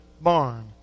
barn